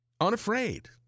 Unafraid